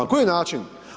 Koji način?